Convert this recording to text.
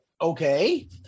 Okay